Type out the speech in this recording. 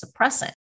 suppressant